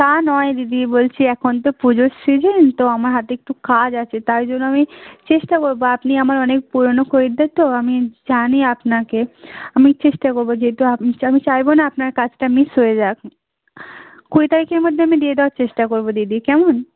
তা নয় দিদি বলছি এখন তো পুজোর সিজিন তো আমার হাতে একটু কাজ আছে তাই জন্য আমি চেষ্টা করব আপনি আমার অনেক পুরনো খরিদ্দার তো আমি জানি আপনাকে আমি চেষ্টা করব যেহেতু আপনি আমি চাইব না আপনার কাজটা মিস হয়ে যাক কুড়ি তারিখের মধ্যে আমি দিয়ে দেওয়ার চেষ্টা করব দিদি কেমন